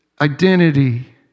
identity